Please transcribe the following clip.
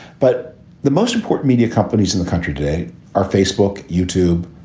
but the most important media companies in the country today are facebook, youtube,